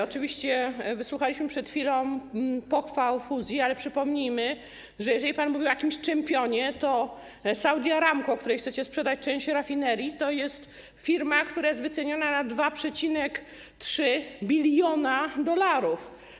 Oczywiście wysłuchaliśmy przed chwilą pochwał fuzji, ale przypomnijmy, skoro pan mówił o jakimś championie, że Saudi Aramco, której chcecie sprzedać część rafinerii, to jest firma, która jest wyceniana na 2,3 bln dolarów.